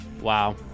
Wow